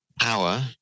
power